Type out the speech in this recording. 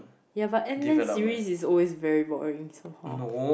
ya but Ant-man series is always very boring somehow